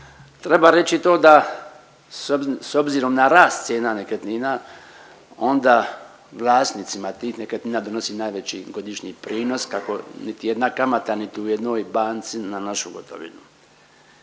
treba reći i to da s obzirom na rast cijena nekretnina, onda vlasnicima tih nekretnina donosi najveći godišnji prinos kako niti jedna kamata niti u jednoj banci na našu gotovinu.